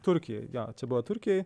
turkijoj jo čia buvo turkijoj